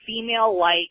female-like